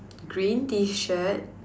green T-shirt